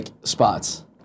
spots